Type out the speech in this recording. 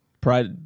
Pride